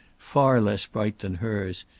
far less bright than hers,